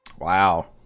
Wow